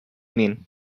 mean